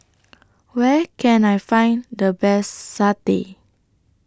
Where Can I Find The Best Satay